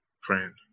friend